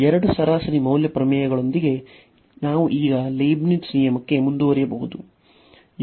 ಈ ಎರಡು ಸರಾಸರಿ ಮೌಲ್ಯ ಪ್ರಮೇಯಗಳೊಂದಿಗೆ ನಾವು ಈಗ ಲೀಬ್ನಿಟ್ಜ್ ನಿಯಮಕ್ಕೆ ಮುಂದುವರಿಯಬಹುದು